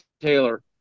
Taylor